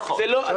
רק